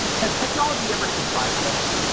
has technology ever surprised us?